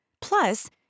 Plus